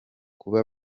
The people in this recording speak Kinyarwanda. kuba